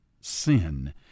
Sin